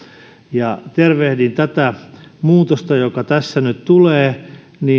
tervehdin tätä muutosta joka tässä nyt tulee